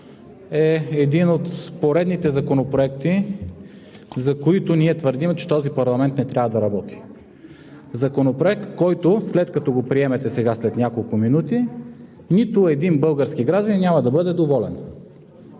е един от поредните законопроекти, за които ние твърдим, че този парламент не трябва да работи. Законопроект, от който, след като го приемете след няколко минути, нито един български гражданин няма да бъде доволен.